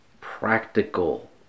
practical